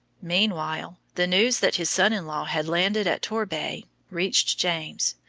meanwhile the news that his son-in-law had landed at torbay reached james,